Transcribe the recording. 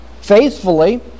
faithfully